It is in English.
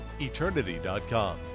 Eternity.com